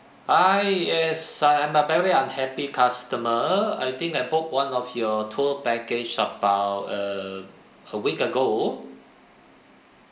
hi yes I am a very unhappy customer I think I booked one of your tour package about err a week ago